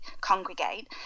congregate